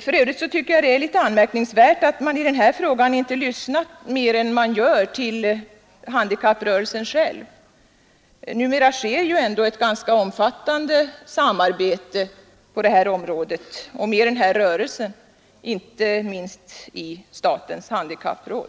För övrigt är det anmärkningsvärt att man i denna fråga inte lyssnat mera på handikapprörelsen själv. Numera sker ett ganska omfattande samarbete på detta område och med denna rörelse, inte minst i statens handikappråd.